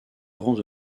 grands